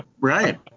Right